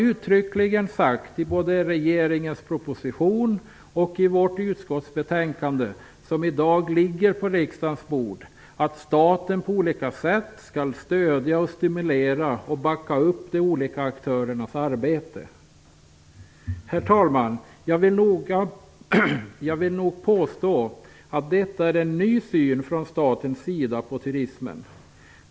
Både i regeringens proposition och i det utskottsbetänkande som i dag ligger på riksdagens bord har vi uttryckligen sagt att staten på olika sätt skall stödja, stimulera och backa upp de olika aktörernas arbete. Herr talman! Jag vill påstå att detta är en ny syn på turismen från statens sida.